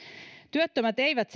työttömät eivät